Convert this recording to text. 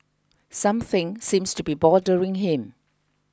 something seems to be bothering him